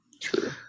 True